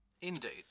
Indeed